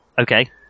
okay